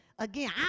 Again